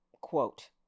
quote